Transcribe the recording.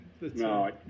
No